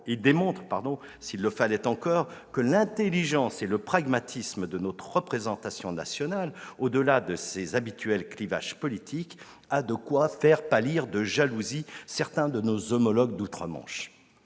il démontre, s'il le fallait encore, que l'intelligence et le pragmatisme de notre représentation nationale, au-delà de ses habituels clivages politiques, ont de quoi faire pâlir de jalousie certains de nos homologues d'outre-Manche